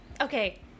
Okay